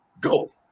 go